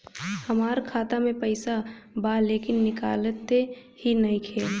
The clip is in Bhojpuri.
हमार खाता मे पईसा बा लेकिन निकालते ही नईखे?